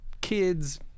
kids